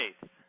faith